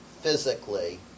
physically